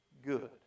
good